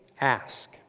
ask